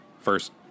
First